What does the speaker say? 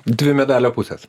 dvi medalio pusės